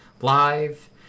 live